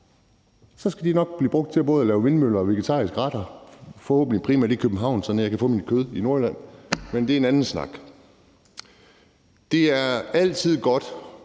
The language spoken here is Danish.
så skal de nok blive brugt til både at lave vindmøller og vegetariske retter, forhåbentlig primært i København, så jeg kan få mit kød i Nordjylland, men det er en anden snak. Det er altid godt,